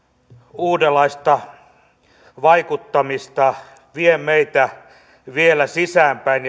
uudenlaista vaikuttamista vie meitä vielä sisäänpäin